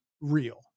real